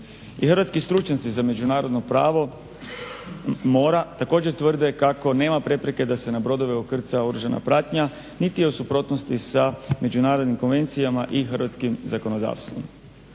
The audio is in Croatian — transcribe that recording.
hrvatski stručnjaci za međunarodno pravo mora, također tvrde kako nema prepreke da se na brodove ukrca oružanja pratnja niti je u suprotnosti sa međunarodnim konvencijama i hrvatskim zakonodavstvom.